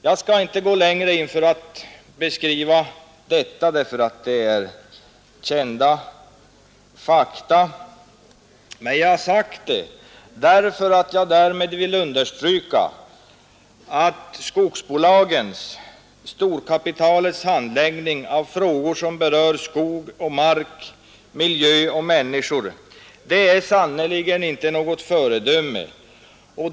Jag skall inte gå längre för att beskriva detta — det är kända fakta — men jag har velat säga det för att därmed understryka att skogsbolagens, storkapitalets, handläggning av frågor som berör skog och mark, miljö och människor sannerligen inte är något föredöme.